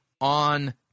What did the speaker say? on